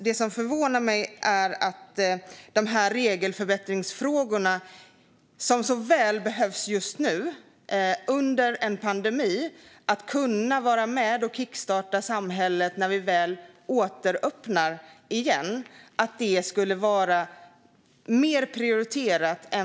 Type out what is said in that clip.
Det förvånar mig att dessa regelförenklingar, som behövs så väl för att efter pandemin kunna kickstarta samhället när vi väl återöppnar, inte har varit mer prioriterade.